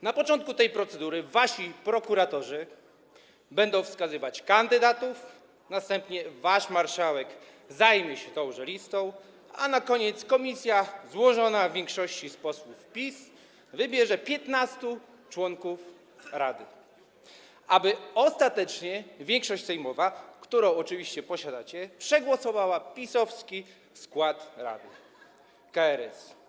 Na początku tej procedury wasi prokuratorzy będą wskazywać kandydatów, następnie wasz marszałek zajmie się tą listą, a na koniec komisja złożona w większości z posłów PiS wybierze 15 członków rady, aby ostatecznie większość sejmowa, którą oczywiście posiadacie, przegłosowała PiS-owski skład rady KRS.